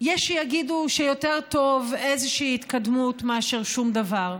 יש שיגידו שיותר טוב איזושהי התקדמות מאשר שום דבר.